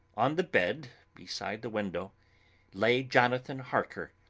on the bed beside the window lay jonathan harker,